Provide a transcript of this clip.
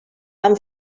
han